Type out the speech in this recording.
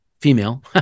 female